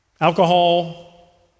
alcohol